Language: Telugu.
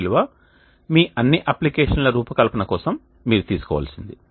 ఆ విలువ మీ అన్ని అప్లికేషన్ల రూపకల్పన కోసం మీరు తీసుకోవలసినది